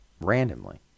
randomly